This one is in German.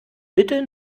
bitte